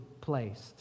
placed